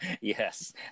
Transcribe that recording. Yes